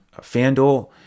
Fanduel